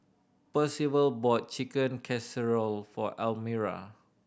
Percival bought Chicken Casserole for Almira